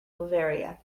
bavaria